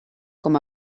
com